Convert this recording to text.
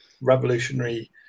revolutionary